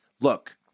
look